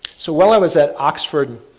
so, while i was at oxford,